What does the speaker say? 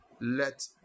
Let